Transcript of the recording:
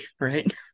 right